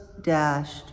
dashed